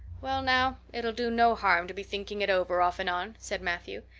well now, it'll do no harm to be thinking it over off and on, said matthew.